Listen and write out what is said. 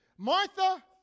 Martha